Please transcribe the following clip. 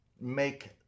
make